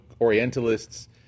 Orientalists